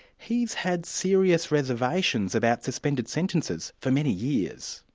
he's had serious reservations about suspended sentences for many years.